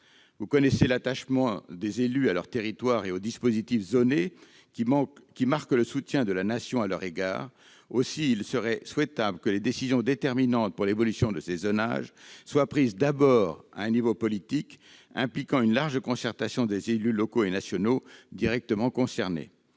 Vous connaissez l'attachement des élus à leurs territoires, ainsi qu'aux dispositifs zonés, qui marquent le soutien de la Nation à leur égard. Aussi serait-il souhaitable que les décisions déterminantes pour l'évolution de ces zonages soient prises d'abord à un niveau politique, impliquant une large concertation des élus locaux et nationaux directement concernés.